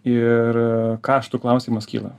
ir kaštų klausimas kyla